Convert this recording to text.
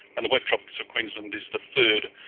and the wet tropics of queensland is the third,